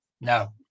No